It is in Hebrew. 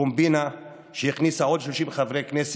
קומבינה שהכניסה עוד 30 חברי כנסת.